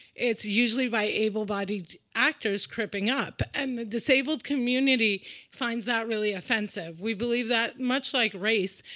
it's usually by able-bodied actors cripping up. and the disabled community finds that really offensive. we believe that much like race,